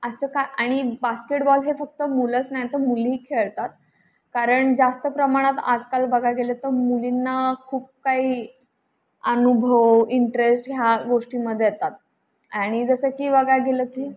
असं का आणि बास्केटबॉल हे फक्त मुलंच नाही तर मुलीही खेळतात कारण जास्त प्रमाणात आजकाल बघा गेलं तर मुलींना खूप काही अनुभव इंटरेस्ट ह्या गोष्टींमध्ये येतात आणि जसं की बघा गेलं की